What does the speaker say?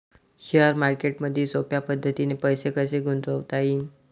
Share मार्केटमधी सोप्या पद्धतीने पैसे कसे गुंतवता येईन?